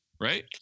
right